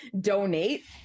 donate